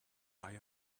buy